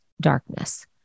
darkness